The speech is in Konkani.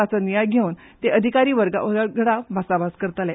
ताचोय नियाळ घेवन ते अधिकारी वर्गावांगडा भासाभास करतले